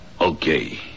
Okay